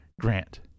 grant